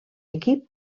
equip